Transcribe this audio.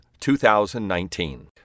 2019